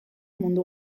mundu